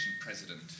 President